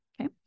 Okay